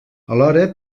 alhora